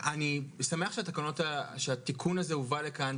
אני שמח שהתיקון הזה הובא לכאן,